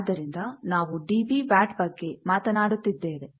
ಆದ್ದರಿಂದ ನಾವು dB watt ಬಗ್ಗೆ ಮಾತನಾಡುತ್ತಿದ್ದೇವೆ